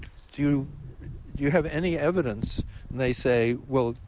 do you have any evidence? and they say, well,